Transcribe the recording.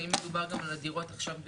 האם מדובר על דירות שעכשיו נמכרו,